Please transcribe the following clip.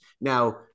Now